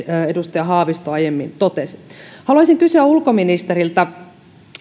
edustaja haavisto aiemmin totesi haluaisin kysyä ulkoministeriltä